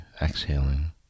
exhaling